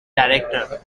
director